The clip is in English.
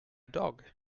dog